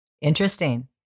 Interesting